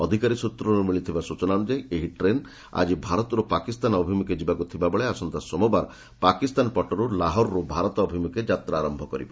ଅଧିକାରୀ ସୂତ୍ରରୁ ମିଳିଥିବା ସୂଚନା ଅନୁଯାୟୀ ଏହି ଟ୍ରେନ୍ ଆଜି ଭାରତରୁ ପାକିସ୍ତାନ ଅଭିମୁଖେ ଯିବାକୁ ଥିବାବେଳେ ଆସନ୍ତା ସୋମବାର ପାକିସ୍ତାନ ପଟରୁ ଲାହୋରରୁ ଭାରତ ଅଭିମ୍ବଖେ ଯାତା ଆରମ୍ଭ କରିବ